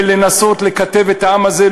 ולנסות לקטב את העם הזה.